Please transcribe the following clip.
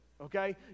Okay